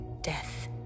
death